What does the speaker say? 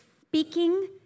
speaking